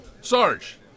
Sarge